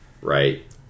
Right